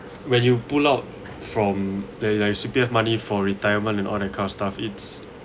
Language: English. when you pull out from like the C_P_F_ money for retirement and all that kind of stuff it's